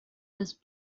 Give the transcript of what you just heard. his